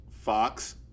Fox